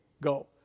Go